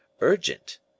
urgent